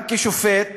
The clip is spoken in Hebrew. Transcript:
גם כשופט,